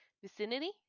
vicinity